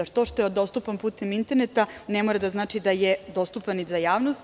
To što je dostupan putem interneta ne mora da znači da je dostupan i za javnost.